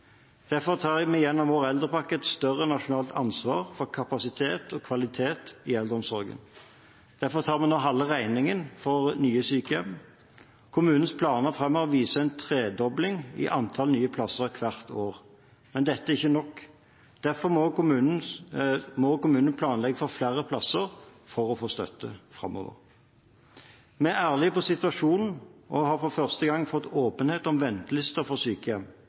Derfor tar vi gjennom vår eldrepakke et større nasjonalt ansvar for kapasitet og kvalitet i eldreomsorgen. Derfor tar vi nå halve regningen for nye sykehjem. Kommunenes planer framover viser en tredobling i antall nye plasser hvert år. Men dette er ikke nok. Derfor må kommunene planlegge for flere plasser for å få støtte framover. Vi er ærlige på situasjonen og har for første gang fått åpenhet om ventelister for sykehjem.